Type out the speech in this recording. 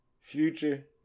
Future